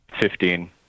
Fifteen